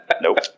Nope